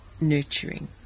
nurturing